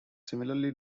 similarly